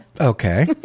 Okay